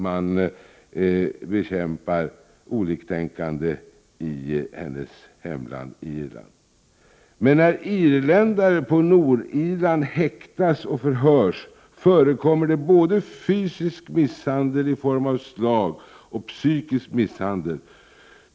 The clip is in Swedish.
Men när irländare på Nordirland häktas och förhörs förekommer det både fysisk misshandel i form av slag och psykisk misshandel.